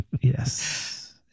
Yes